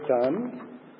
done